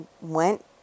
went